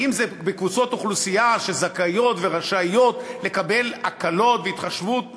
אם זה בקבוצות אוכלוסייה שזכאיות ורשאיות לקבל הקלות והתחשבות מהממשלה,